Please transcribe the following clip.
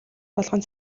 болгон